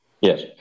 Yes